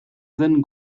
zen